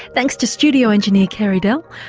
thanks to studio engineer carey dell.